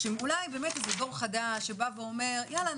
אולי הם באמת דור חדש שאומר: יאללה,